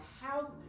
house